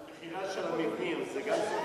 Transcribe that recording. המכירה של המבנים, גם זה סוכם?